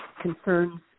concerns